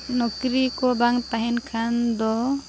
ᱱᱚᱠᱨᱤᱠᱚ ᱵᱟᱝ ᱛᱟᱦᱮᱱ ᱠᱷᱟᱱ ᱫᱚ